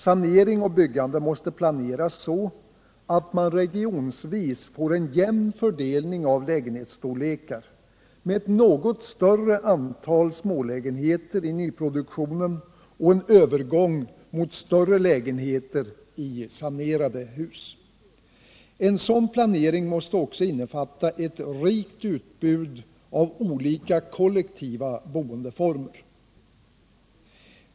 Sanering och byggande måste planeras så att man regionsvis får en jämn fördelning av lägenhetsstorlekar med ett något större antal smålägenheter i nyproduktionen och en övergång mot större lägenheter i sanerade hus. En sådan planering måste också innefatta ett rikt utbud av olika kollektiva boendeformer.